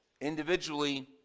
Individually